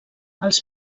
els